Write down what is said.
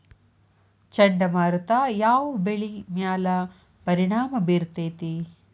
ಚಂಡಮಾರುತ ಯಾವ್ ಬೆಳಿ ಮ್ಯಾಲ್ ಪರಿಣಾಮ ಬಿರತೇತಿ?